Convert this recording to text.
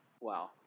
Wow